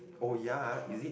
oh ya is it